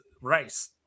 rice